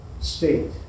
state